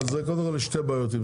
בסדר, אבל זה גורם לשתי בעיות.